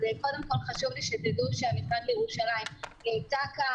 אז קודם כל חשוב לי שתדעו שהמשרד לירושלים נמצא כאן,